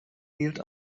hielt